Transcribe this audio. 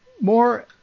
more